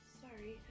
sorry